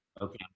Okay